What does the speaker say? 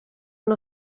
una